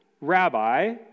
Rabbi